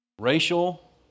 racial